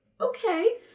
okay